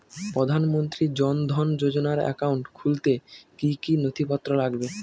প্রধানমন্ত্রী জন ধন যোজনার একাউন্ট খুলতে কি কি নথিপত্র লাগবে?